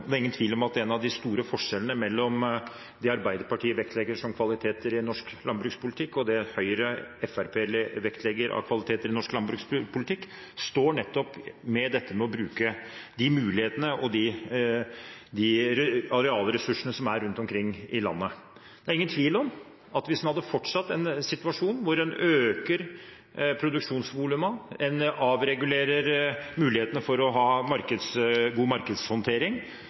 Det er ingen tvil om at en av de store forskjellene mellom det Arbeiderpartiet vektlegger som kvaliteter i norsk landbrukspolitikk, og det Høyre og Fremskrittspartiet vektlegger, går nettopp på dette med å bruke de mulighetene og arealressursene som er, rundt omkring i landet. Det er ingen tvil om at hvis en lar en situasjon hvor en øker produksjonsvolumene og avregulerer mulighetene for å ha god markedshåndtering,